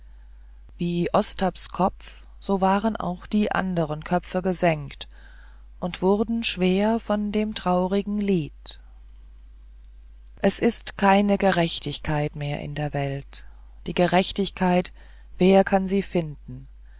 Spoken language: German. wie ostaps kopf so waren auch die anderen köpfe gesenkt und wurden schwer von dem traurigen lied es ist keine gerechtigkeit mehr in der welt die gerechtigkeit wer kann sie finden